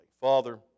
Father